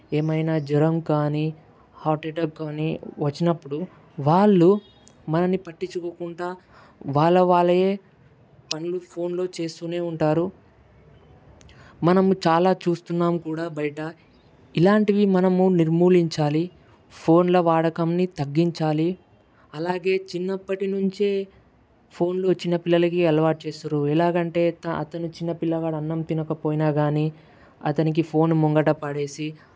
ఏమైనా జ్వరం కానీ హార్ట్ ఎటాక్ గానీ వచ్చినప్పుడు వాళ్ళు మనని పట్టించుకోకుండా వాళ్ళవాళ్ళవే పనులు ఫోన్లో చేస్తూనే ఉంటారు మనము చాలా చూస్తున్నాం కూడా బయట ఇలాంటివి మనము నిర్మూలించాలి ఫోన్ల వాడకంని తగ్గించాలి అలాగే చిన్నప్పటినుంచే ఫోన్లు చిన్న పిల్లలకి అలవాటు చేస్తారు ఎలాగంటే అతను చిన్న పిల్లవాడు అన్నం తినకపోయినా గానీ అతనికి ఫోన్ ముంగిట పడేసి